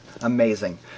amazing